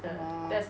orh